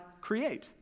create